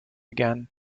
again